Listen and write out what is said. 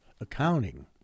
Accounting